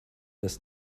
das